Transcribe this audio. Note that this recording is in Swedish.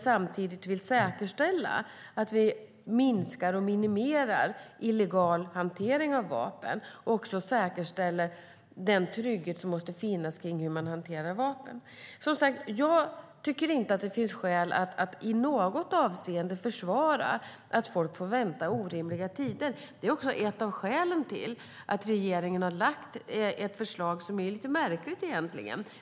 Samtidigt vill vi säkerställa att vi minskar och minimerar en illegal hantering av vapen och säkerställer den trygghet som måste finnas kring hur man hanterar vapen. Jag tycker, som sagt, inte att det finns skäl att i något avseende försvara att folk får vänta orimligt långa tider. Det är också ett av skälen till att regeringen har lagt fram ett förslag som egentligen är lite märkligt.